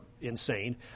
insane